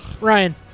Ryan